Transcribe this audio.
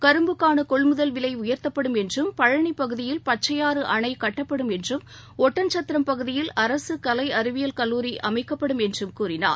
கரும்புக்கான கொள்முதல்விலை உயர்த்தப்படும் என்றும் பழநி பகுதியில் பச்சையாறு அணை கட்டப்படும் என்றும் ஒட்டன்சத்திரம் பகுதியில் அரசு கலை அறிவியில் கல்லூரி அமைக்கப்படும் என்றும் கூறினார்